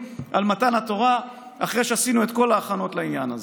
אין לו ברירה, או שיזרוק את עצמו לים כדי להתאבד.